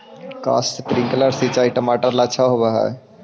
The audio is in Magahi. का स्प्रिंकलर सिंचाई टमाटर ला अच्छा होव हई?